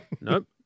Nope